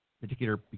particular